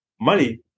money